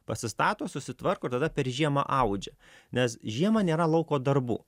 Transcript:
pasistato susitvarko ir tada per žiemą audžia nes žiemą nėra lauko darbų